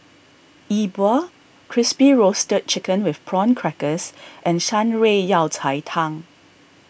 E Bua Crispy Roasted Chicken with Prawn Crackers and Shan Rui Yao Cai Tang